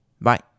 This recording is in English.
bye